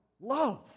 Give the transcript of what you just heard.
Love